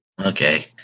Okay